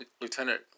Lieutenant